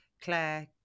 Claire